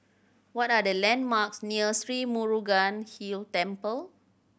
what are the landmarks near Sri Murugan Hill Temple